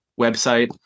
website